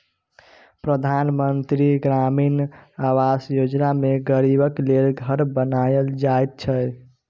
परधान मन्त्री ग्रामीण आबास योजना मे गरीबक लेल घर बनाएल जाइ छै